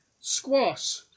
Squash